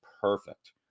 perfect